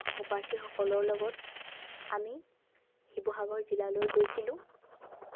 সহপাঠী সকলৰ লগত আমি শিৱসাগৰ জিলালৈ গৈছিলোঁ